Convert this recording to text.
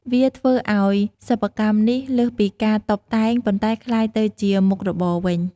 វាធ្វើឱ្យសិប្បកម្មនេះលើសពីការតុបតែង ប៉ុន្តែក្លាយទៅជាមុខរបរវិញ។